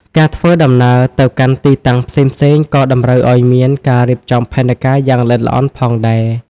ការធ្វើដំណើរទៅកាន់ទីតាំងផ្សេងៗក៏តម្រូវឱ្យមានការរៀបចំផែនការយ៉ាងល្អិតល្អន់ផងដែរ។